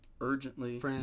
urgently